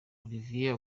olivier